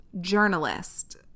journalist